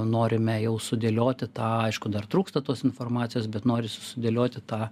norime jau sudėlioti tą aišku dar trūksta tos informacijos bet norisi sudėlioti tą